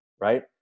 right